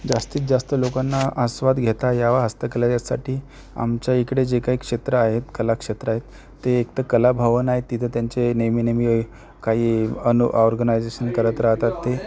जास्तीत जास्त लोकांना आस्वाद घेता यावा हस्तकला यासाठी आमच्या इकडे जे काही क्षेत्र आहेत कलाक्षेत्र आहेत ते एकतर कलाभवन आहे तिथं त्यांचे नेहमी नेहमी काही अन ऑर्गनायझेशन करत राहतात ते